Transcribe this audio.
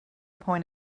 point